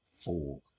Four